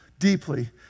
deeply